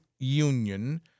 union